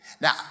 Now